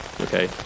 okay